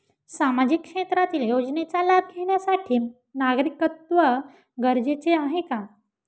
सामाजिक क्षेत्रातील योजनेचा लाभ घेण्यासाठी नागरिकत्व गरजेचे आहे का?